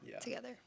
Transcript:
together